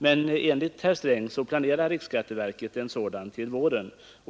men enligt herr Sträng planerar riksskatteverket en sådan till våren.